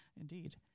Indeed